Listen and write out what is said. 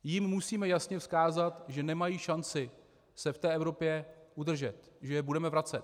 Jim musíme jasně vzkázat, že nemají šanci se v té Evropě udržet, že je budeme vracet.